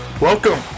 Welcome